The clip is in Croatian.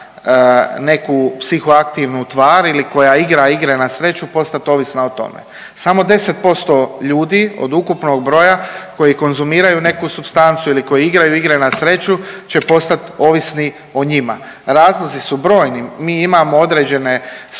neku psihoaktivnu tvar ili koja igra igre na sreću postati ovisna o tome. Samo 10% ljudi od ukupnog broja koji konzumiraju neku supstancu ili koji igraju igre na sreću će postati ovisni o njima. Razlozi su brojni. Mi imamo određene skupine